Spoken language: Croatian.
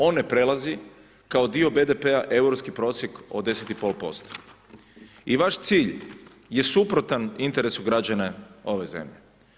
On ne prelazi kao dio BDP-a europski prosjek od 10,5% i vaš cilj je suprotan interesu građana ove zemlje.